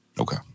Okay